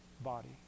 body